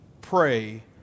pray